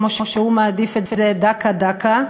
כמו שהוא מעדיף את זה: דקה-דקה,